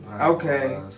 Okay